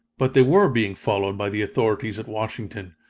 but they were being followed by the authorities at washington,